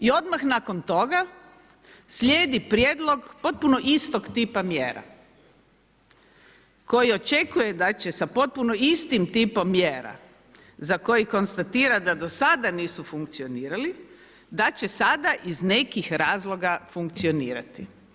I odmah nakon toga slijedi prijedlog potpuno istog tipa mjera koji očekuje da će sa potpuno istim tipom mjera za koji konstatira da do sada nisu funkcionirali, da će sada iz nekih razloga funkcionirati.